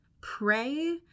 pray